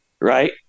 right